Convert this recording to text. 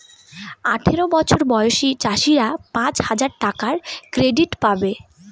আঠারো বছর বয়সী চাষীরা পাঁচ হাজার টাকার ক্রেডিট পাবে